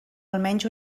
almenys